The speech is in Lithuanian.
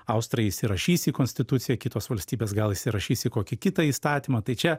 austrai įsirašys į konstituciją kitos valstybės gal įsirašysi į kokį kitą įstatymą tai čia